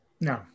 No